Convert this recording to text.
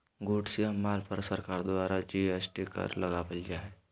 goods या माल पर सरकार द्वारा जी.एस.टी कर लगावल जा हय